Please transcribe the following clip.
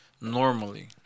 Normally